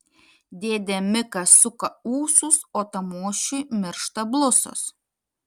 dėdė mikas suka ūsus o tamošiui miršta blusos